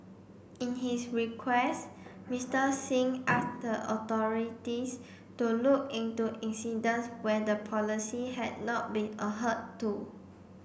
in his request Mister Singh asked the authorities to look into incidents where the policy had not been to